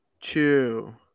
two